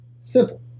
Simple